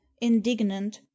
indignant